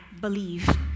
believe